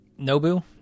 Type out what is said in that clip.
Nobu